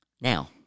Now